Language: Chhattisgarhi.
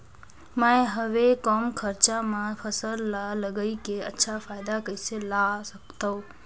मैं हवे कम खरचा मा फसल ला लगई के अच्छा फायदा कइसे ला सकथव?